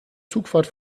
zugfahrt